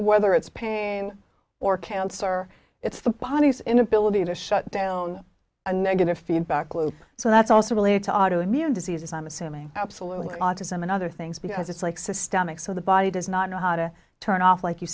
whether it's paying or cancer it's the body's inability to shut down a negative feedback loop so that's also related to auto immune diseases i'm assuming absolutely autism and other things because it's like systemic so the body does not know how to turn off like you